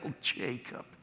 Jacob